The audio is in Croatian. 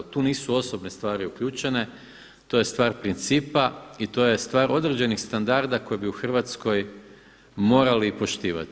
Tu nisu osobne stvari uključene, to je stvar principa i to je stvar određenih standarda koje bi u Hrvatskoj morali poštivati.